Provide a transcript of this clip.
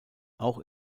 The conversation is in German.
auch